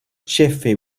ĉefe